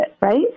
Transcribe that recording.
right